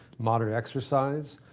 moderate exercise,